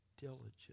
diligent